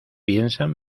piensan